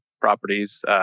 properties